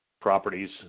properties